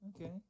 okay